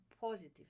positive